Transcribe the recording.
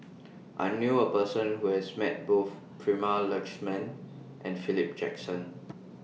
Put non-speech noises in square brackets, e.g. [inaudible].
[noise] I knew A Person Who has Met Both Prema Letchumanan and Philip Jackson